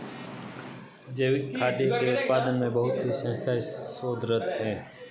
जैविक खाद्य के उत्पादन में बहुत ही संस्थाएं शोधरत हैं